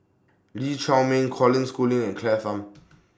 Lee Chiaw Meng Colin Schooling and Claire Tham